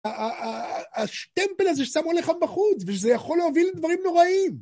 השטמפל הזה ששמרו לך בחוץ, ושזה יכול להוביל לדברים נוראים.